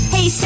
Hey